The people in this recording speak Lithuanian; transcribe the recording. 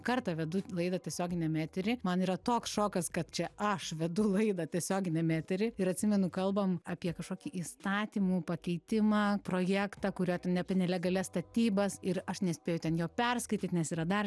kartą vedu laidą tiesioginiam etery man yra toks šokas kad čia aš vedu laidą tiesioginiam etery ir atsimenu kalbam apie kažkokį įstatymų pakeitimą projektą kuriuo ten apie nelegalias statybas ir aš nespėju ten jo perskaityt nes yra dar